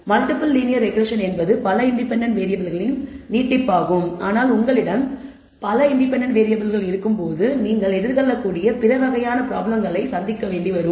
multiple linear regression என்பது பல independent வேறியபிள்களின் நீட்டிப்பாகும் ஆனால் உங்களிடம் பல இன்டெபென்டென்ட் வேறியபிள்கள் இருக்கும்போது நீங்கள் எதிர்கொள்ளக்கூடிய பிற வகையான ப்ராப்ளம்களை சந்திக்க வேண்டி வரும்